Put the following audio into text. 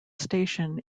station